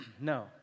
No